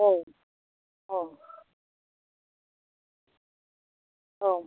औ औ औ